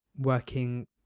working